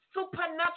supernatural